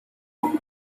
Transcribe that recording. over